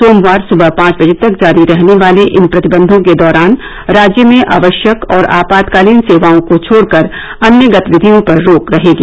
सोमवार सुबह पांच बजे तक जारी रहने वाले इन प्रतिबंधों के दौरान राज्य में आवश्यक और आपातकालीन सेवाओं को छोड़कर अन्य गतिविधियों पर रोक रहेगी